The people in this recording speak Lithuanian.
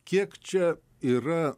kiek čia yra